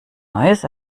neues